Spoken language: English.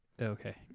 Okay